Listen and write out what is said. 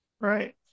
Right